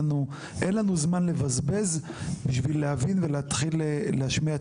אין לנו זמן לבזבז כדי להתחיל להשמיע את